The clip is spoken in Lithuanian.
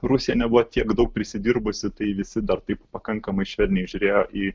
rusija nebuvo tiek daug prisidirbusi tai visi dar taip pakankamai švelniai žiūrėjo į